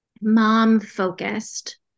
mom-focused